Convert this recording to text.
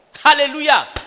Hallelujah